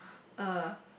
uh